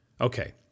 Okay